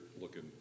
looking